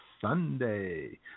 Sunday